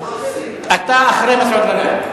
אתה אחרי מסעוד גנאים.